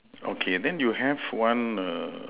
okay then you have one err